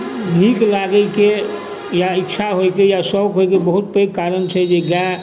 नीक लागैके या इच्छा होयके या शौक होयके बहुत पैघ कारण छै जे गाए